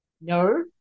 no